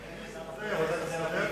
עם נסים זאב?